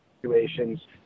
situations